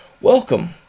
welcome